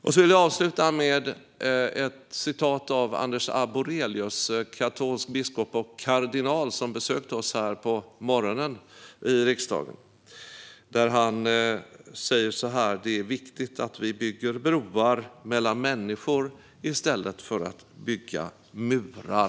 Jag vill avsluta med ett citat av Anders Arborelius, katolsk biskop och kardinal, som besökte oss här i riksdagen nu på morgonen. Han sa: "Det är viktigt att vi bygger broar mellan människor i stället för att bygga murar."